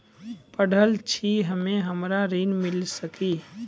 पढल छी हम्मे हमरा ऋण मिल सकई?